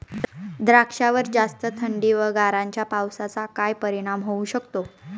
द्राक्षावर जास्त थंडी व गारांच्या पावसाचा काय परिणाम होऊ शकतो?